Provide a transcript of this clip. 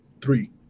three